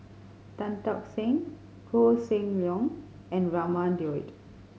Tan Tock Seng Koh Seng Leong and Raman Daud